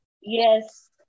yes